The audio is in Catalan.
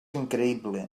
increïble